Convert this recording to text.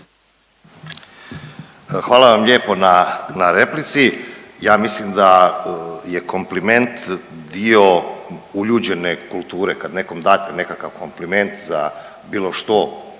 Hvala vam lijepo na, na replici. Ja mislim da je kompliment dio uljuđene kulture, kad nekom date nekakav kompliment za bilo što,